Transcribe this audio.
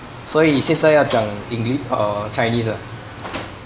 所以现在要讲 engli~ uh chinese ah